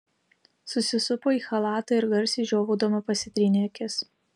susisupo į chalatą ir garsiai žiovaudama pasitrynė akis